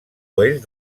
oest